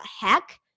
heck